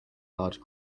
large